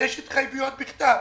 יש התחייבויות בכתב.